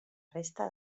resta